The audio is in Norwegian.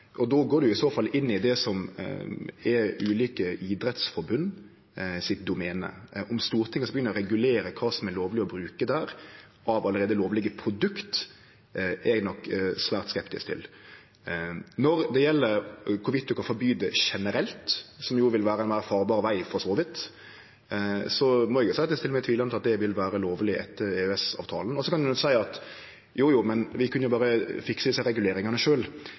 som er ulike idrettsforbund sitt domene. At Stortinget skal begynne å regulere kva som er lovleg å bruke der av allereie lovlege produkt, er eg nok svært skeptisk til. Når det gjeld om ein kan forby det generelt, som jo ville vere ein meir farbar veg for så vidt, må eg seie at eg stiller meg tvilande til at det vil vere lovleg etter EØS-avtalen. Så kan ein seie at jo, men vi kunne jo berre fikse desse reguleringane